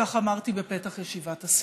כך אמרתי בפתח ישיבת הסיעה,